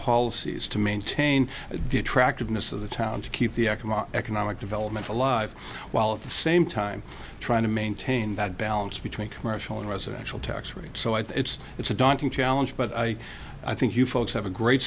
policies to maintain the attractiveness of the town to keep the economic economic development alive while at the same time trying to maintain that balance between commercial and residential tax rate so i think it's it's a daunting challenge but i think you folks have a great